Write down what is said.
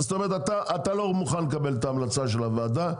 אתה לא מוכן לקבל את ההמלצה של הוועדה.